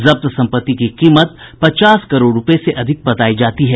जब्त सम्पत्ति की कीमत पचास करोड़ रूपये से अधिक बतायी जाती है